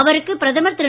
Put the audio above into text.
அவருக்கு பிரதமர் திரு